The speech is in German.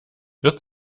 wird